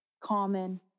common